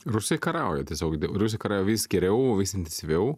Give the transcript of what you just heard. rusai kariauja tiesiog rusai kariauja vis geriau vis intensyviau